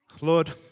Lord